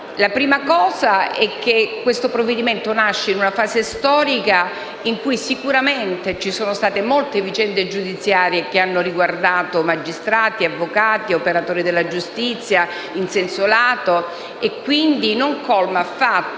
In primo luogo, esso nasce in una fase storica in cui sicuramente si sono registrate molte vicende giudiziarie che hanno riguardato magistrati, avvocati e operatori della giustizia in senso lato e quindi non colma affatto